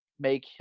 make